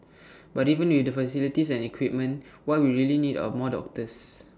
but even with the facilities and equipment what we really need are more doctors